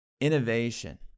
innovation